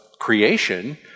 creation